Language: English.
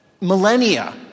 millennia